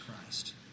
Christ